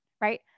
Right